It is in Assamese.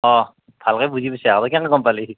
অ ভালকৈ বুজি পাইছা তই কেনেকৈ গম পালি